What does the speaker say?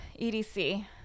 edc